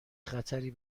خطری